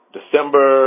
December